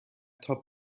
تاپ